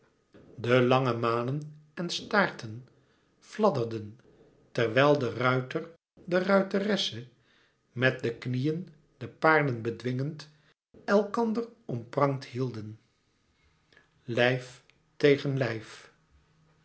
de lange manen en staarten fladderden terwijl de ruiter de ruiteresse met de knieën de paarden bedwingend elkander omprangd hielden lijf tegen